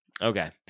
Okay